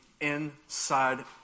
inside